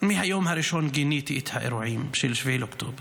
הראשון גיניתי את האירועים של 7 באוקטובר.